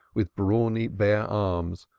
with brawny, bare arms,